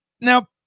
now